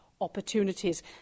Opportunities